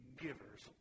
givers